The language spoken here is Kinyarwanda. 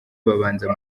babanza